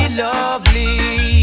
lovely